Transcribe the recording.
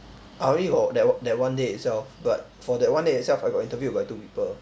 I only got that that one day itself but for that one day itself I got interviewed by two people